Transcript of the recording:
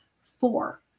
four